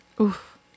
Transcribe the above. Oof